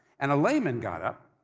and a layman got up